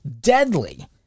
deadly